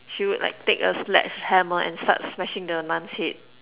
she would like take a sledgehammer and start smashing the nun's head